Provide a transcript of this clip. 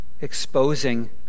exposing